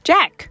Jack